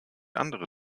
andere